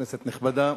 כנסת נכבדה,